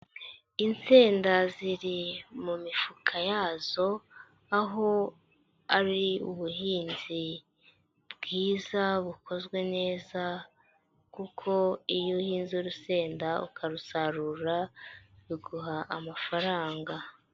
Insenda ziri mu mifuka yazo, aho ari ubuhinzi bwiza bukozwe neza kuko iyo uhinze urusenda ukarusarura, biguha amafaranga.